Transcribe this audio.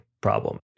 problem